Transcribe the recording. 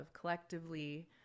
collectively